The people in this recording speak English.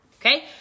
Okay